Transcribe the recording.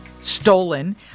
stolen